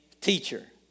teacher